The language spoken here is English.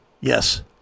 Yes